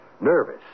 nervous